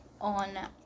on